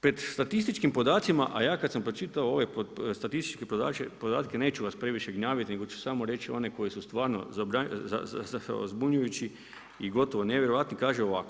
Pred statističkim podacima, a ja kad sam pročitao ove statističke podatke, neću vas previše gnjaviti, nego ću samo reći one koje su stvarno zbunjujući i gotovo nevjerojatni, kaže ovako.